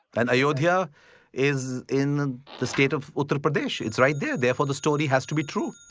and ayodhya is in the state of uttar pradesh. it's right there! therefore the story has to be true.